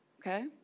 Okay